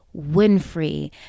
Winfrey